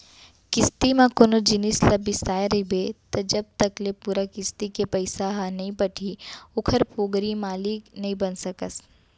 किस्ती म कोनो जिनिस ल बिसाय रहिबे त जब तक ले पूरा किस्ती के पइसा ह नइ पटही ओखर पोगरी मालिक नइ बन सकस